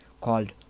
called